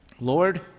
Lord